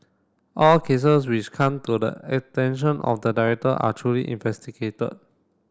all cases which come to the attention of the director are truly investigated